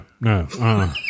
no